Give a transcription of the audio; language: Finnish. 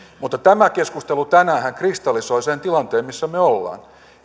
mutta tämä keskustelu tänäänhän kristallisoi sen tilanteen missä me olemme